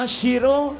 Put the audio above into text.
Shiro